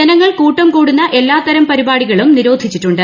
ജനങ്ങൾ കൂട്ടംകൂടുന്ന എല്ലാതരം പരിപാടികളും നിരോധിച്ചിട്ടുണ്ട്